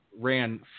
ran